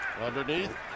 Underneath